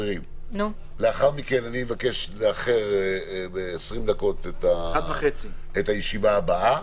לאחר מכן אני אבקש לאחר ב-20 דקות את הישיבה הבאה.